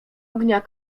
ognia